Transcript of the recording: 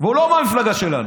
הוא לא מהמפלגה שלנו.